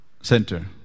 center